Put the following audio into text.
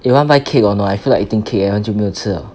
you want buy cake or not I feel like eating cake eh 我很久没有吃了